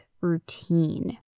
Routine